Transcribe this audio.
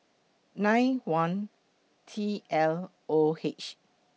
nine one T L O H